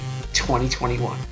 2021